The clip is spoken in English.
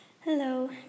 Hello